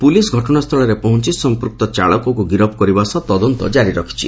police ଘଟଣା ସ୍ଥଳରେ ପହଞ୍ ି ସମ୍ମକ୍ତ ଚାଳକକୁ ଗିରଫ୍ କରିବା ସହ ତଦନ୍ତ କାରି ରଖିଛି